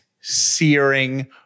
searing